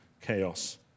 chaos